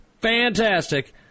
Fantastic